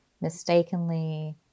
mistakenly